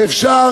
ואפשר